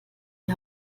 die